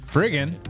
Friggin